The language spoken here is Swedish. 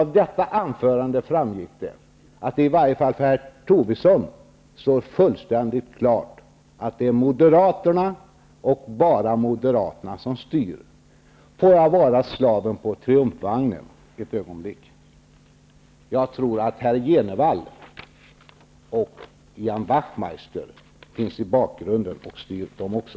Av detta anförande framgick det att det i varje fall för herr Tobisson står fullständigt klart att det är Moderaterna och bara Moderaterna som styr. Får jag vara slaven på triumfvagnen ett ögonblick: Jag tror att herr Jenevall och Ian Wachtmeister finns i bakgrunden och styr de också.